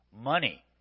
money